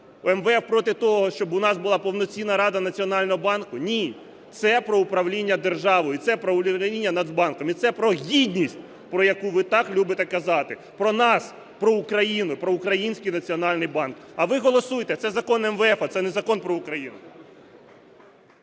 МВФ проти того, щоб у нас була повноцінна Рада Національного банку? Ні. Це про управління державою і це про управління Нацбанком, і це про гідність, про яку ви так любите казати, про нас, про Україну, про український Національний банк. А ви голосуйте… Це закон МВФ, це не закон про Україну.